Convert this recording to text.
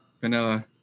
Vanilla